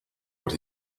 what